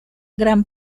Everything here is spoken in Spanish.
gran